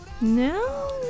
No